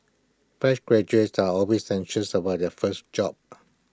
fresh graduates are always anxious about their first job